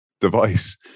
device